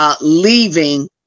Leaving